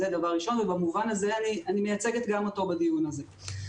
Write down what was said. במובן הזה אני מייצגת גם אותו בדיון הזה.